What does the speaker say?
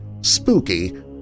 spooky